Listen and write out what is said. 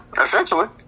essentially